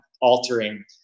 altering